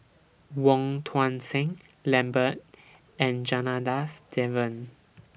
Wong Tuang Seng Lambert and Janadas Devan